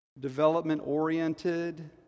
development-oriented